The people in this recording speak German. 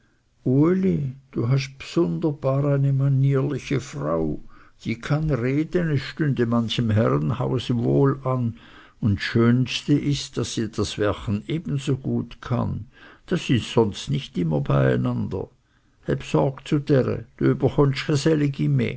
uli du hast bsunderbar eine manierliche frau die kann reden es stünd manchem herrenhause wohl an und ds schönste ist daß sie das werchen ebenso gut kann das ist sonst nicht immer beieinander häb sorg zu